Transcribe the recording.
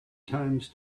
times